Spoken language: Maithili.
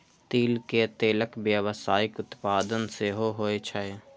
तिल के तेलक व्यावसायिक उत्पादन सेहो होइ छै